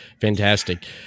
fantastic